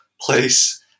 place